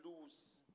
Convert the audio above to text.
lose